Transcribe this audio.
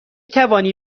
توانی